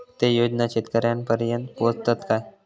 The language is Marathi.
ते योजना शेतकऱ्यानपर्यंत पोचतत काय?